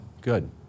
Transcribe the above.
good